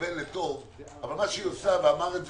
שמתכוון לטוב, אבל מה שהיא עושה היא